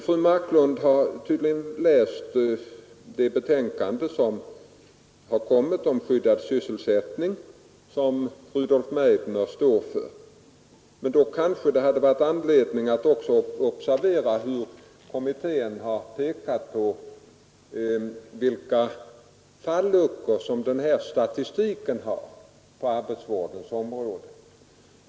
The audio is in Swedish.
Fru Marklund har tydligen läst det betänkande som kommit om skyddad sysselsättning och som Rudolf Meidner står för. Men då kanske det också funnits anledning att observera hur kommittén har pekat på vilka falluckor som statistiken på arbetsvårdens område uppvisar.